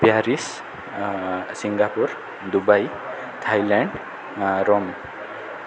Paris Singapore Dubai Thailand Rome